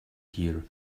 here